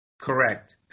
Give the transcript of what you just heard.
Correct